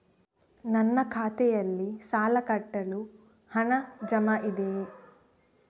ನನ್ನ ಖಾತೆಯಲ್ಲಿ ಸಾಲ ಕಟ್ಟಲು ಹಣ ಜಮಾ ಇದೆಯೇ?